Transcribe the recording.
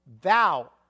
Thou